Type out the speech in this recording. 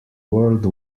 world